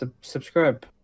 subscribe